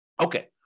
Okay